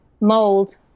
mold